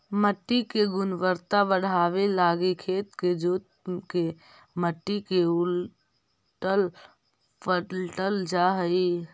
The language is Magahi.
मट्टी के गुणवत्ता बढ़ाबे लागी खेत के जोत के मट्टी के उलटल पलटल जा हई